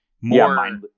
more